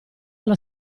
allo